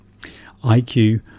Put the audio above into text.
IQ